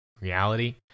reality